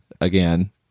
again